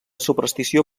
superstició